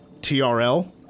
TRL